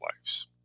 lives